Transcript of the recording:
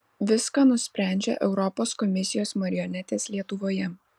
viską nusprendžia europos komisijos marionetės lietuvoje